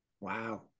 Wow